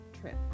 trip